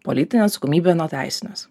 politinę atsakomybę nuo teisinės